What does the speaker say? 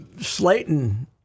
Slayton